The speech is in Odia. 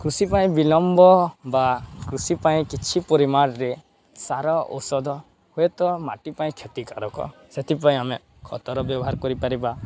କୃଷି ପାଇଁ ବିିଳମ୍ବ ବା କୃଷି ପାଇଁ କିଛି ପରିମାଣରେ ସାର ଔଷଧ ହୁଏତ ମାଟି ପାଇଁ କ୍ଷତିକାରକ ସେଥିପାଇଁ ଆମେ ଖତର ବ୍ୟବହାର କରିପାରିବା